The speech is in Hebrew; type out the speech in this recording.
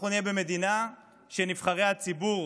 אנחנו נהיה במדינה שנבחרי הציבור